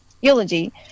eulogy